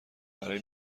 برای